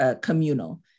communal